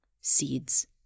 seeds